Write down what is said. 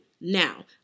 now